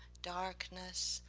darkness,